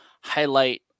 highlight